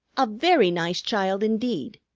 a very nice child indeed.